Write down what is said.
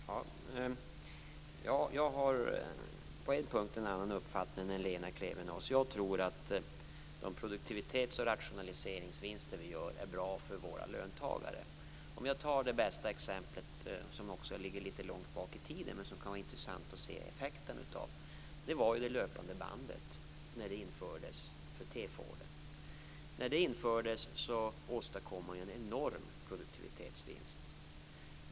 Fru talman! Jag har på en punkt en annan uppfattning än Lena Klevenås. Jag tror att de produktivitets och rationaliseringsvinster som vi gör är bra för våra löntagare. Det bästa exemplet ligger litet långt bak i tiden, men det kan vara intressant att se effekterna av det. Det var det löpande bandet när det infördes vid produktionen av T-forden. När det infördes åstadkom man en enorm produktivitetsvinst.